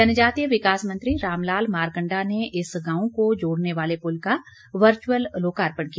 जनजातीय विकास मंत्री रामलाल मारकंडा ने इस गांव को जोड़ने वाले पुल का वर्चुअल लोकार्पण किया